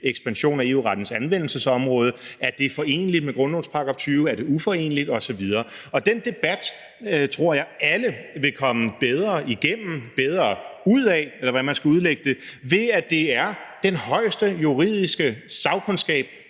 ekspansion af EU-rettens anvendelsesområde er foreneligt med grundlovens § 20, eller om det er uforeneligt hermed osv. Den debat tror jeg alle vil komme bedre igennem, bedre ud af, eller hvordan man nu skal udlægge det, ved at det er den højeste juridiske sagkundskab,